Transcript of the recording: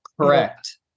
correct